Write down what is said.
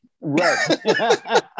Right